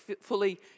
fully